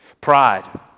Pride